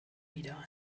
wieder